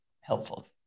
helpful